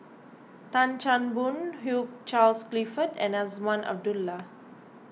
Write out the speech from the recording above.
Tan Chan Boon Hugh Charles Clifford and Azman Abdullah